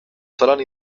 solen